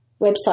website